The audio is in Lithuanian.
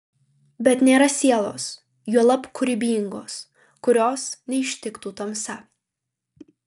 bet nėra sielos juolab kūrybingos kurios neištiktų tamsa